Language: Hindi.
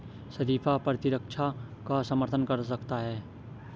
शरीफा प्रतिरक्षा का समर्थन कर सकता है